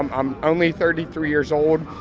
i'm only thirty three years old.